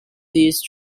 these